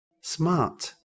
Smart